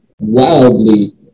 wildly